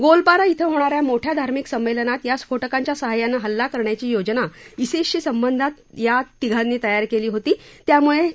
गोलपारा धिं होणा या मोठ्या धार्मिक संमेलनात या स्फोटकांच्या सहाय्यानं हल्ला करण्याची योजना शिसशी संबंधित असलेल्या या तिघांनी तयार केली होती असं ते म्हणाले